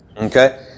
Okay